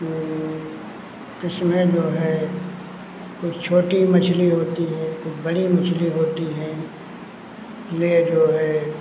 ये किस्में जो है कुछ छोटी मछली होती है कुछ बड़ी मछली होती हैं में जो है